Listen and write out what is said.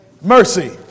Mercy